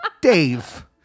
Dave